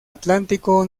atlántico